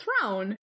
throne